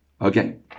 Okay